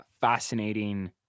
fascinating